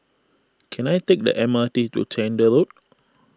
can I take the M R T to Chander Road